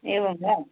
एवं वा